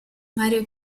mario